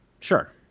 Sure